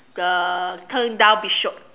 the turn down beach road